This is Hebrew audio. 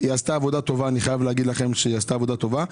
אני חייב להגיד לכם שהיא עשתה עבודה טובה.